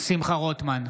שמחה רוטמן,